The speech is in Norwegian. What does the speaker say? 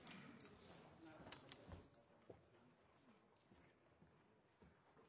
men